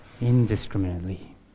indiscriminately